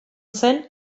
zen